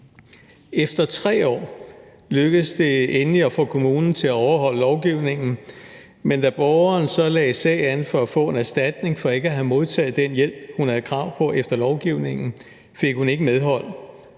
Efter 3 år lykkedes det endelig at få kommunen til at overholde lovgivningen, men da borgeren så lagde sag an for at få en erstatning for ikke at have modtaget den hjælp, hun havde krav på efter lovgivningen, fik hun ikke medhold